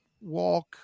Walk